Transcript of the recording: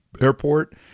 airport